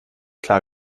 klar